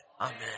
Amen